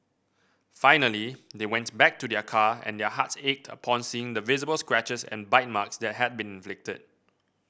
finally they went back to their car and their hearts ached upon seeing the visible scratches and bite marks that had been inflicted